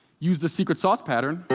use the secret sauce pattern,